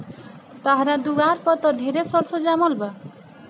तहरा दुआर पर त ढेरे सरसो जामल बा